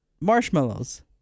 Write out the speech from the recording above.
marshmallows